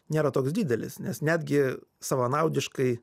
nėra toks didelis nes netgi savanaudiškai